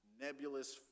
nebulous